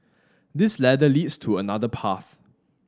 this ladder leads to another path